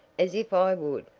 as if i would,